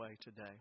today